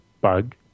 bug